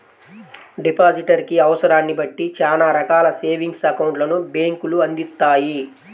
depositor కి అవసరాన్ని బట్టి చానా రకాల సేవింగ్స్ అకౌంట్లను బ్యేంకులు అందిత్తాయి